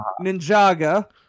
ninjaga